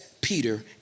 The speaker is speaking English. Peter